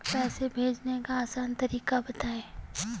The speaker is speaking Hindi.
पैसे भेजने का आसान तरीका बताए?